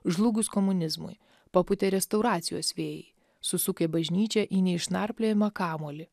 žlugus komunizmui papūtė restauracijos vėjai susukę bažnyčią į neišnarpliojamą kamuolį